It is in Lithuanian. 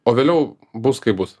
o vėliau bus kaip bus